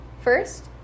First